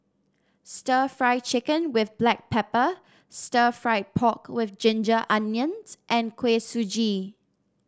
stir Fry Chicken with Black Pepper Stir Fried Pork with Ginger Onions and Kuih Suji